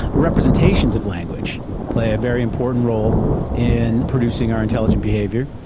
representations of language play a very important role in producing our intelligent behaviour.